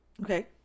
Okay